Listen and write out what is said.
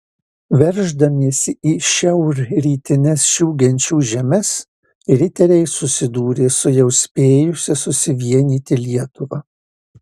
verždamiesi į šiaurrytines šių genčių žemes riteriai susidūrė su jau spėjusia susivienyti lietuva